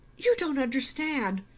you don't understand.